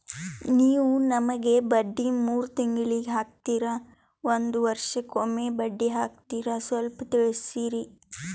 ನೀವು ನಮಗೆ ಬಡ್ಡಿ ಮೂರು ತಿಂಗಳಿಗೆ ಹಾಕ್ತಿರಾ, ಒಂದ್ ವರ್ಷಕ್ಕೆ ಒಮ್ಮೆ ಬಡ್ಡಿ ಹಾಕ್ತಿರಾ ಸ್ವಲ್ಪ ತಿಳಿಸ್ತೀರ?